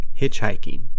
hitchhiking